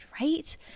right